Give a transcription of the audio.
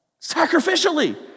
Sacrificially